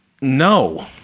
No